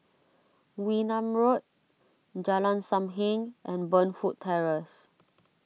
Wee Nam Road Jalan Sam Heng and Burnfoot Terrace